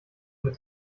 mit